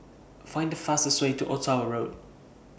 Find fastest Way to Ottawa Road